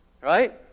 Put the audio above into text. right